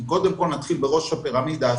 כי קודם כל נתחיל בראש הפירמידה,